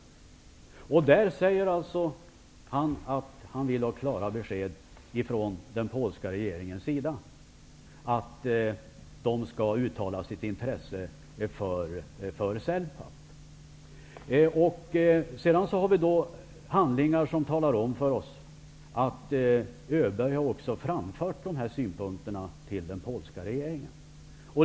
Han säger att han vill ha klara besked från den polska regeringen och att de skall uttala sitt intresse för NLK-Celpapp. Det finns handlingar som talar om för oss att ambassadör Öberg har framfört dessa synpunkter till den polska regeringen.